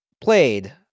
played